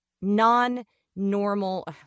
non-normal